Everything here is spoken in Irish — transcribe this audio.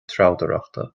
treabhdóireachta